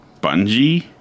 Bungie